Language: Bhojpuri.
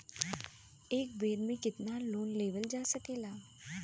एक बेर में केतना लोन लेवल जा सकेला?